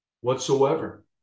whatsoever